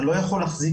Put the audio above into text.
אתה לא יכול להחזיק,